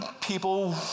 people